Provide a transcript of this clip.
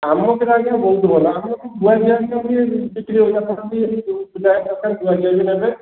ଆମ କ୍ଷୀର ଆଜ୍ଞା ବହୁତ ଭଲ ଆମ ଠୁ ଗୁଆ ଘିଅ ବିକ୍ରୀ ହେଉଛି ଆପଣ ବି ଦରକାର ଗୁଆ ଘିଅ ବି ନେବେ